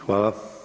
Hvala.